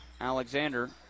Alexander